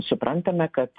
suprantame kad